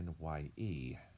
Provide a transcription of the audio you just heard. NYE